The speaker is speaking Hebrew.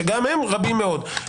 שגם הם רבים מאוד,